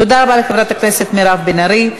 תודה רבה לחברת הכנסת מירב בן ארי.